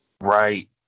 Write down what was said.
Right